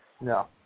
No